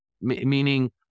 meaning